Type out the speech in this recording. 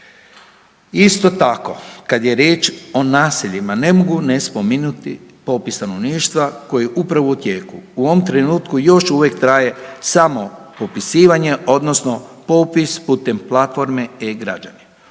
Isto tako kad je riječ o naseljima ne mogu ne spomenuti popis stanovništva koji je upravo u tijeku. U ovom trenutku još uvijek traje samo popisivanje odnosno popis putem platforme e-građani.